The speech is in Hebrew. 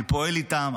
אני פועל איתם,